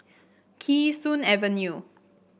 Kee Sun Avenue